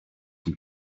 zum